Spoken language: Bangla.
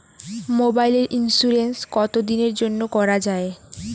মোবাইলের ইন্সুরেন্স কতো দিনের জন্যে করা য়ায়?